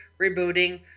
rebooting